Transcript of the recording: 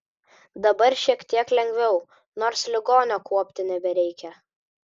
dabar šiek tiek lengviau nors ligonio kuopti nebereikia